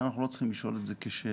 אנחנו לא צריכים לשאול את זה כשאלה.